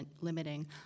limiting